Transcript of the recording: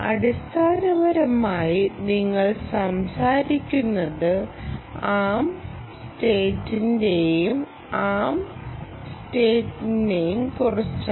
അടിസ്ഥാനപരമായി നിങ്ങൾ സംസാരിക്കുന്നത് തമ്പ് സ്റ്റേറ്റിനേയും ആം സ്റ്റേറ്റിനേയും കുറിച്ചാണ്